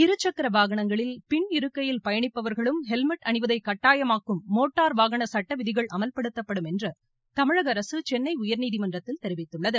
இருசக்கர வாகனங்களில் பின் இருக்கையில் பயணிப்பவர்களும் ஹெல்மெட் அணிவதை கட்டாயமாக்கும் மோட்டார் வாகனச்சட்ட விதிகள் அமல்படுத்தப்படும் என்று தமிழக அரசு சென்னை உயர்நீதிமன்றத்தில் தெரிவித்துள்ளது